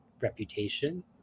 reputation